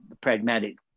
pragmatic